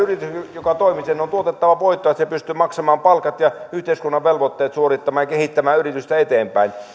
joka toimii on tuotettava voittoa että se pystyy maksamaan palkat ja yhteiskunnan velvoitteet suorittamaan ja kehittämään yritystä eteenpäin ja